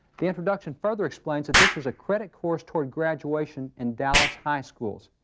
the introduction further explains that this was a credit course toward graduation in dallas high schools.